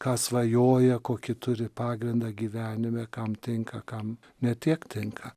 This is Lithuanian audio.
ką svajoja kokį turi pagrindą gyvenime kam tinka kam ne tiek tinka